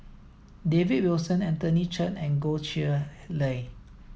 David Wilson Anthony Chen and Goh Chiew Lye